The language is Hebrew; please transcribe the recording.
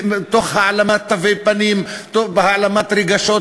שנים, והרצון